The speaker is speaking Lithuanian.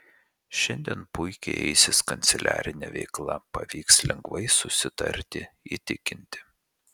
šiandien puikiai eisis kanceliarinė veikla pavyks lengvai susitarti įtikinti